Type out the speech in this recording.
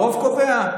הרוב קובע.